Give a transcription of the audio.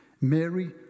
Mary